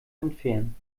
entfernen